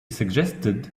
suggested